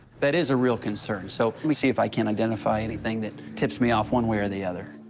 that is a real concern. so me see if i can identify anything that tips me off one way or the other.